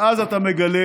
ואז אתה מגלה